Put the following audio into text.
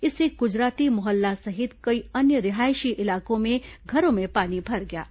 इससे गुजराती मोहल्ला सहित कई अन्य रिहायशी इलाकों में घरों में पानी भर गया है